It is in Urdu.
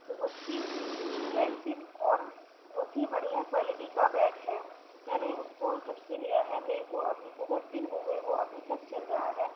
بہت ہی اور بہت ہی بڑھیا کوائلٹی کا بیگ ہے میں نے اُس کو جب سے لیا ہے میرے کو ابھی بہت دِن ہو گیے وہ ابھی تک چل رہا ہے